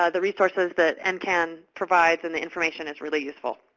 ah the resources that and ncan provides and the information is really useful.